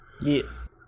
Yes